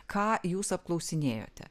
ką jūs apklausinėjote